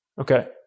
Okay